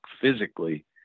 physically